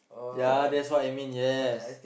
ya that's what I mean yes